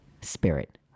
Spirit